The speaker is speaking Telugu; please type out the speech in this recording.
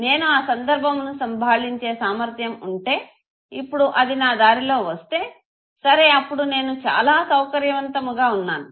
నేను ఆ సందర్భమును సంభాళించే సామర్ధ్యం ఉంటే ఇప్పుడు అది నా దారిలో వస్తే సరే అప్పుడు నేను చాలా సౌకర్యవంతముగా వున్నాను